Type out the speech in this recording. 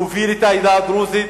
להוביל את העדה הדרוזית.